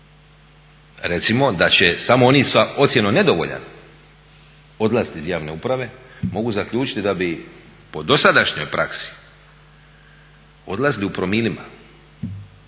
recimo da će samo oni sa ocjenom nedovoljan odlaziti iz javne uprave mogu zaključiti da bi po dosadašnjoj praksi odlazili u promilima,